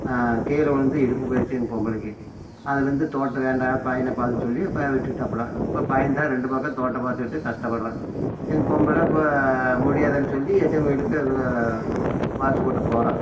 கீழே விழுந்து இடுப்பு போயிட்சு எங்கள் பொம்பளைக்கு அதுலேருந்து தோட்டம் வேண்டாம் பையனை பார்த்துக்க சொல்லி பையன் விட்டுவிட்டாப்புல இப்போ பையன்தான் ரெண்டு பக்கம் தோட்டம் பார்த்துக்கிட்டு கஷ்டப்படுறான் எங்கள் பொம்பளை இப்போது முடியாதுன்னு சொல்லி எட்டைங்கோயிலுக்கு வாசல்கூட்ட போகிறா